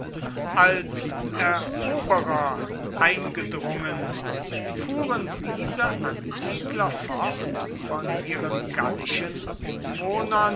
als eroberer eingedrungen fuhren diese ansiedler fort von ihren gallischen